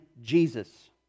Jesus